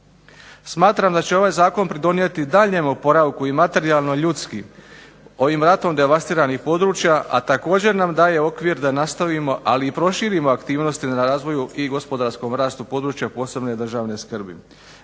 Smatram da će ovaj zakon pridonijeti daljnjem oporavku i materijalno i ljudski ovim ratom devastiranih područja, a također nam daje okvir da nastavimo, ali i proširimo aktivnosti na razvoju i gospodarskom rastu područja od posebne državne skrbi.